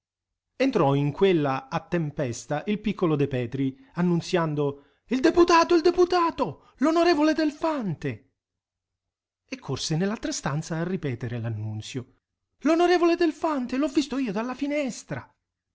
entrò in quella a tempesta il piccolo de petri annunziando il deputato il deputato l'onorevole delfante e corse nell'altra stanza a ripetere l'annunzio l'onorevole delfante l'ho visto io dalla finestra